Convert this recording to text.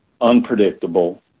unpredictable